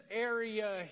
area